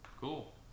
Cool